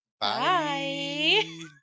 bye